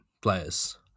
players